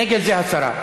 נגד זה הסרה.